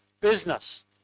business